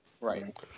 Right